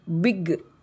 big